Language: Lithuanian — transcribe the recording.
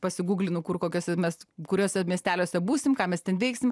pasiguglinu kur kokiuose mes kuriuose miesteliuose būsim ką mes ten veiksim